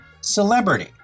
celebrity